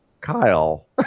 Kyle